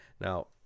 Now